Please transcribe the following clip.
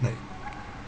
like